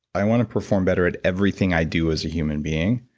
i want to perform better at everything i do as a human being.